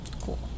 cool